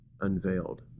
unveiled